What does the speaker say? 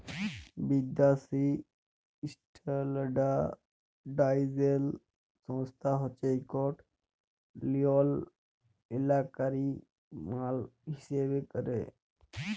বিদ্যাসি ইস্ট্যাল্ডার্ডাইজেশল সংস্থা হছে ইকট লিয়লত্রলকারি মাল হিঁসাব ক্যরে